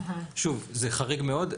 שוב, זה חריג מאוד.